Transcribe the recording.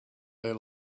their